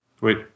Wait